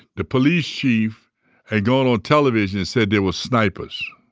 the police chief had gone on television and said there were snipers.